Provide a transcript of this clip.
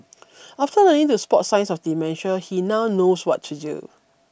after learning to spot signs of dementia he now knows what to do